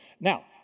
Now